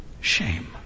shame